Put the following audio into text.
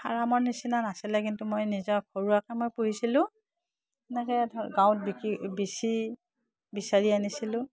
ফাৰামো নিচিনা নাছিলে কিন্তু মই নিজৰ ঘৰুৱকৈ মই পুহিছিলোঁ এনেকৈ ধৰ গাঁৱত বিকি বেচি বিচাৰি আনিছিলোঁ